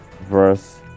verse